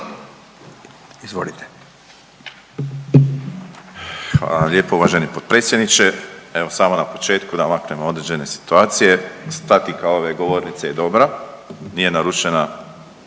(HDZ)** Hvala vam lijepo uvažen potpredsjedniče. Evo samo na početku da maknem određene situacije, statika ove govornice je dobra, nije narušena